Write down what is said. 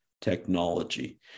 technology